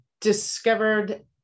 discovered